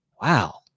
wow